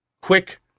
quick